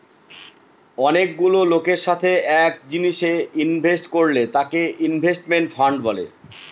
অনেকগুলা লোকের সাথে এক জিনিসে ইনভেস্ট করলে তাকে ইনভেস্টমেন্ট ফান্ড বলে